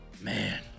Man